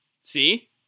See